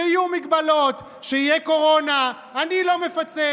שיהיו הגבלות, שתהיה קורונה, אני לא מפצה.